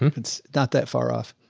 um it's not that far off.